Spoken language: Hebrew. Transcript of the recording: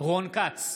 רון כץ,